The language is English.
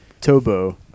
Tobo